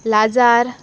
Lazar